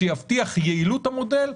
שיבטיח את יעילות המודל,